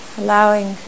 allowing